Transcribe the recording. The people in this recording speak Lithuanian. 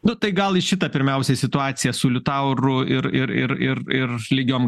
nu tai gal į šitą pirmiausia situacija su liutauru ir ir ir ir ir lygiom